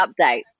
updates